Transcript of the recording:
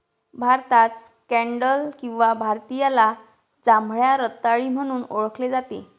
भारतात स्कँडल किंवा भारतीयाला जांभळ्या रताळी म्हणून ओळखले जाते